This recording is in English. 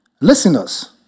Listeners